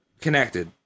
connected